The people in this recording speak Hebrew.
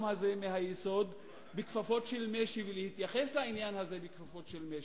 הזה מהיסוד בכפפות של משי ולא להתייחס לעניין הזה בכפפות של משי.